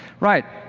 right.